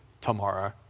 tomorrow